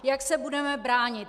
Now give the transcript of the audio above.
Jak se budeme bránit?